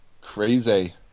Crazy